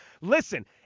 Listen